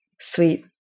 Sweet